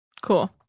Cool